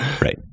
Right